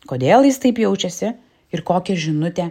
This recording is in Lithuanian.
kodėl jis taip jaučiasi ir kokią žinutę